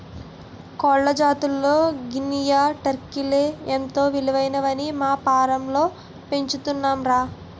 కోళ్ల జాతుల్లో గినియా, టర్కీలే ఎంతో విలువైనవని మా ఫాంలో పెంచుతున్నాంరా